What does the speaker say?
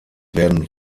werden